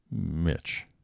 Mitch